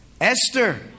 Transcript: Esther